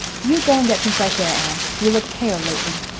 you go and get some fresh air, anne. you look pale lately.